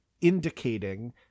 indicating